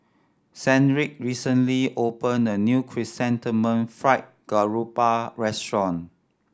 Sedrick recently opened a new Chrysanthemum Fried Garoupa restaurant